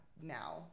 now